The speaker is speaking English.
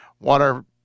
water